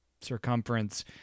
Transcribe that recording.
circumference